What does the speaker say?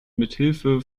mithilfe